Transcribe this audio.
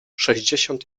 sześćdziesiąt